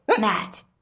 Matt